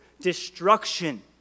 destruction